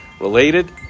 related